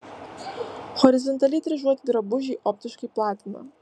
horizontaliai dryžuoti drabužiai optiškai platina